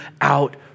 out